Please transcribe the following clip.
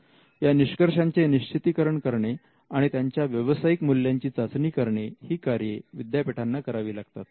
या निष्कर्षांचे निश्चितीकरण करणे आणि त्यांच्या व्यावसायिक मूल्यांची चाचणी करणे ही कार्य विद्यापीठांना करावे लागतात